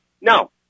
No